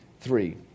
three